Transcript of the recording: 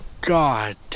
God